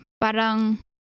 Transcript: parang